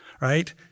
right